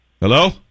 Hello